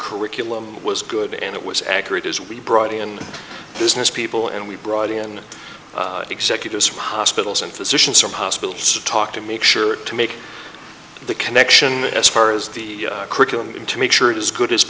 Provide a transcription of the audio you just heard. curriculum was good and it was accurate as we brought in business people and we brought in executives from hospitals and physicians from hospitals to talk to make sure to make the connection as far as the curriculum in to make sure it is good as